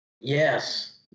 Yes